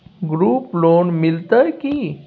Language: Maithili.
ग्रुप लोन मिलतै की?